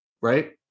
right